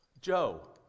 Joe